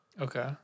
Okay